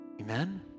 Amen